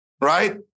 right